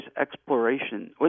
exploration